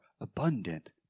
abundant